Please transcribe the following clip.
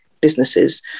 businesses